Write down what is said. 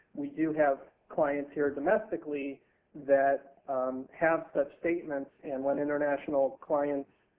we do have clients here domestically that have such statements. and when international clients